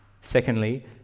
Secondly